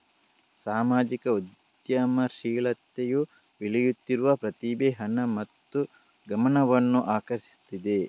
ಸಾಮಾಜಿಕ ಉದ್ಯಮಶೀಲತೆಯು ಬೆಳೆಯುತ್ತಿರುವ ಪ್ರತಿಭೆ, ಹಣ ಮತ್ತು ಗಮನವನ್ನು ಆಕರ್ಷಿಸುತ್ತಿದೆ